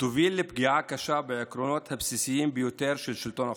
תוביל לפגיעה קשה בעקרונות הבסיסיים ביותר של שלטון החוק: